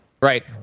right